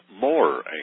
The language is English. more